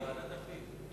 ועדת הפנים.